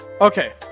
Okay